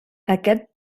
aquest